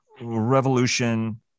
revolution